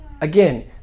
again